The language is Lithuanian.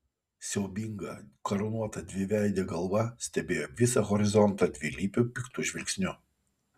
siaubinga karūnuota dviveidė galva stebėjo visą horizontą dvilypiu piktu žvilgsniu